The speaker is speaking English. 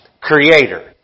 Creator